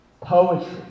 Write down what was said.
poetry